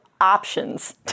options